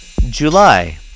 July